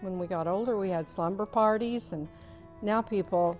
when we got older we had slumber parties. and now people